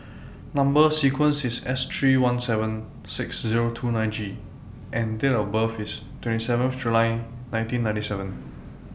Number sequence IS S three one seven six Zero two nine G and Date of birth IS twenty seven of July nineteen ninety seven